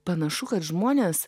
panašu kad žmonės